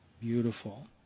Beautiful